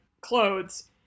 clothes